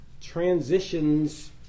transitions